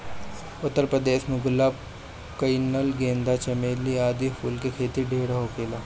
उत्तर प्रदेश में गुलाब, कनइल, गेंदा, चमेली आदि फूल के खेती ढेर होखेला